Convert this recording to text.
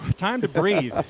time to breathe.